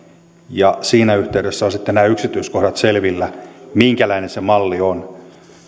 ja siinä yhteydessä ovat sitten nämä yksityiskohdat selvillä minkälainen se malli on